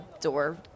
door